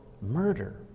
murder